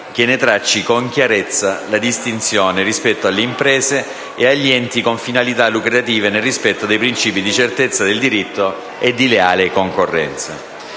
che ne tracci con chiarezza la distinzione rispetto alle imprese e agli enti con finalità lucrative nel rispetto dei principi di certezza del diritto e di leale concorrenza.